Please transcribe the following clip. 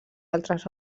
altres